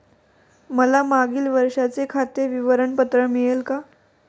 मला मागील वर्षाचे खाते विवरण पत्र मिळेल का?